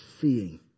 seeing